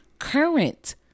current